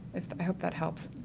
i hope that helps.